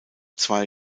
zwei